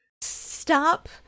stop